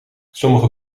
sommige